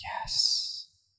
Yes